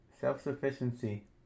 Self-sufficiency